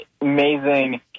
amazing